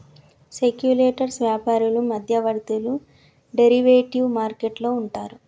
speculators వ్యాపారులు మధ్యవర్తులు derivative market లో ఉంటారు